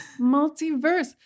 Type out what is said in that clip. multiverse